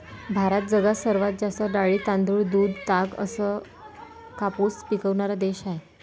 भारत जगात सर्वात जास्त डाळी, तांदूळ, दूध, ताग अन कापूस पिकवनारा देश हाय